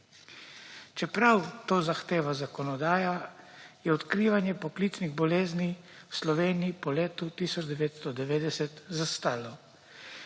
Čeprav to zahteva zakonodaja, je odkrivanje poklicnih bolezni v Sloveniji po letu 1990 zastalo.